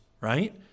right